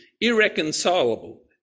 irreconcilable